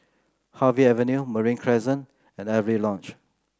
Harvey Avenue Marine Crescent and Avery Lodge